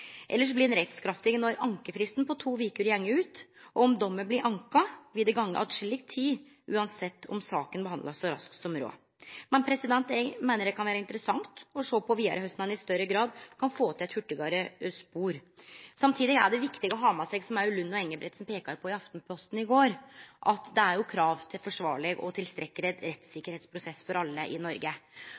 eller at ein får utsikt til strafferabatt. Men det er berre viss den sikta og påtalemyndigheitene vedtek dommen, at han blir rettskraftig og kan fullbyrdast straks. Elles blir han rettskraftig når ankefristen på to veker går ut, og om dommen blir anka, vil det gå atskilleg med tid uansett om saka blir behandla så raskt som råd. Eg meiner det kan vere interessant å sjå vidare på korleis ein i større grad kan få til eit hurtigare spor. Samtidig er det viktig å ha med seg, som òg Lund og Engebretsen peika på i Aftenposten i